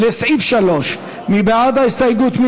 לסעיף 3. מי בעד ההסתייגות?